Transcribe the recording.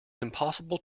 impossible